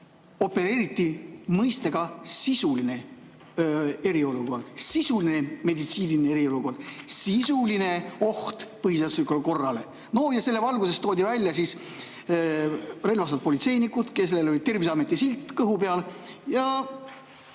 opereeriti mõistega "sisuline eriolukord". Sisuline meditsiiniline eriolukord, sisuline oht põhiseaduslikule korrale. Selle valguses toodi välja relvastatud politseinikud, kellel oli Terviseameti silt kõhu peal ja